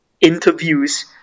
interviews